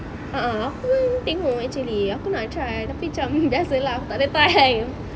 a'ah apa eh you tengok actually aku nak try tapi macam biasalah aku takda time